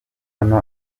hano